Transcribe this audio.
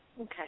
Okay